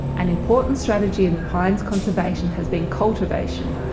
an important strategy in the pine's conservation has been cultivation,